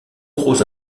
gros